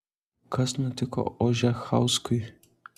kas nutiko ožechauskui